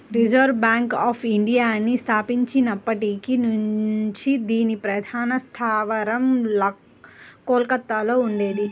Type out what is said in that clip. reserve Bank of ఇండియాని స్థాపించబడినప్పటి నుంచి దీని ప్రధాన స్థావరం కోల్కతలో ఉండేది